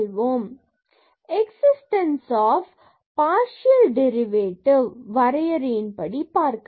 δ2fxy f00ϵ whenever 0x2y2δ existence of partial derivative வரையறை படி பார்க்கலாம்